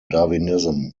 darwinism